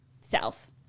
self